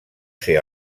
ser